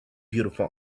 beautiful